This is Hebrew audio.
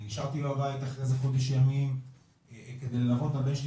אני השארתי לה הודעה אחרי איזה חודש ימים כדי ללוות את הבן שלי,